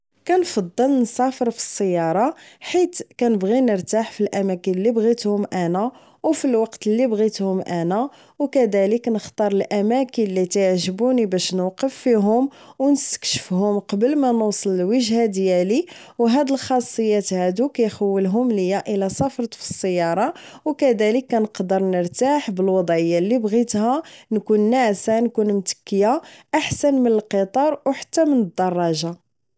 كنفضل نسافر فالسيارة حيت كنبغي نرتاح فالاماكن اللي بغيتهم انا و فالوقت اللي بغيتو انا و كذالك نختار الاماكن اللي كيعجبوني باش نوقف فيهم و نستكشفهم قبل مانوصل الوجهة ديالي و هاد الخاصيات هادو كيخولهم ليا الا سافرت بالسيارة و كذالك كنقدر نرتاح بالوضعية اللي بغيتها نكون ناعسة نكون متكية احسن من القطار و حتى من الدراجة